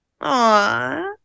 Aw